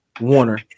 Warner